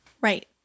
Right